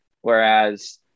whereas